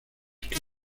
que